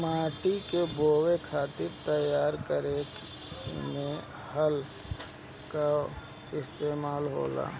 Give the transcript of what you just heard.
माटी के बोवे खातिर तैयार करे में हल कअ इस्तेमाल होला